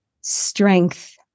strength